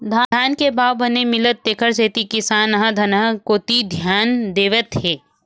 धान के भाव बने मिलथे तेखर सेती किसान ह धनहा खेत कोती धियान देवत हे